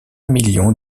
million